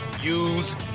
use